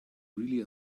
really